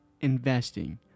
investing